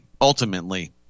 ultimately